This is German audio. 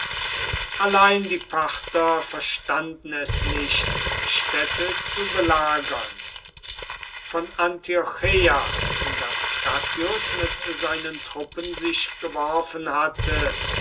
allein die parther verstanden es nicht städte zu belagern von antiocheia in das cassius mit seinen truppen sich geworfen hatte